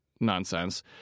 nonsense